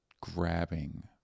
grabbing